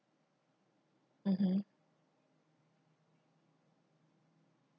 mmhmm